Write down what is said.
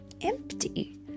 empty